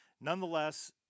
Nonetheless